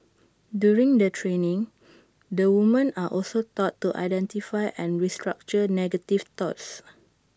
during the training the women are also taught to identify and restructure negative thoughts